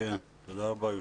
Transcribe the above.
תודה רבה, היושב-ראש,